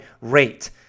rate